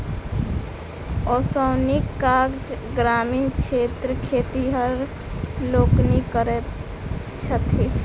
ओसौनीक काज ग्रामीण क्षेत्रक खेतिहर लोकनि करैत छथि